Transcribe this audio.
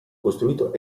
costruito